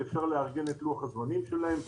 ואפשר לארגן את לוח הזמנים שלהן.